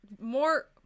more